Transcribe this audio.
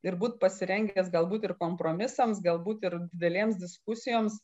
ir būt pasirengęs galbūt ir kompromisams galbūt ir didelėms diskusijoms